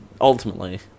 ultimately